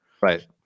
Right